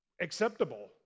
acceptable